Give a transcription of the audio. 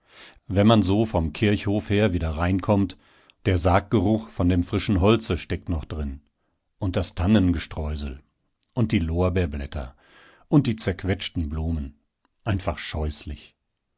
wenn man so vom kirchhof her wieder reinkommt der sarggeruch von dem frischen holze steckt noch drin und das tannengestreusel und die lorbeerblätter und die zerquetschten blumen einfach scheußlich